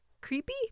creepy